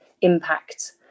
impact